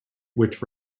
which